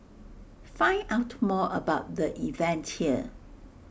find out more about the event here